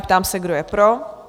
Ptám se, kdo je pro?